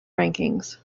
rankings